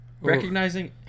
Recognizing